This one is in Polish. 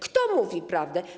Kto mówi prawdę?